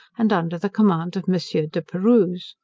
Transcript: and under the command of monsieur de perrouse.